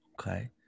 Okay